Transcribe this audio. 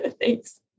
Thanks